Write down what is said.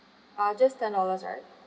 uh just ten dollars right